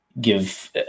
give